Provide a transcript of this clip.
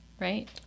right